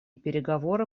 переговоры